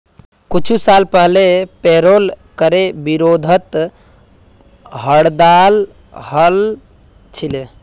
कुछू साल पहले पेरोल करे विरोधत हड़ताल हल छिले